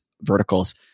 verticals